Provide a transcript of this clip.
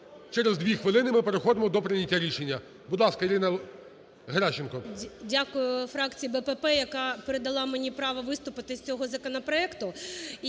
Через дві хвилини ми переходимо до прийняття рішення. Будь ласка, Ірина Геращенко. 13:51:05 ГЕРАЩЕНКО І.В. Дякую фракції БПП, яка передала мені право виступити з цього законопроекту.